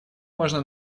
можно